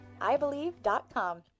Ibelieve.com